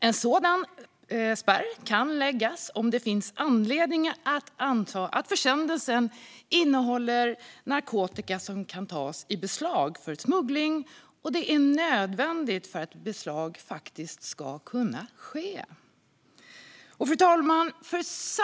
En sådan spärr kan läggas om det finns anledning att anta att försändelsen innehåller narkotika som kan tas i beslag som smuggling och det är nödvändigt för att beslag ska kunna ske. Fru talman!